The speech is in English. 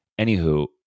Anywho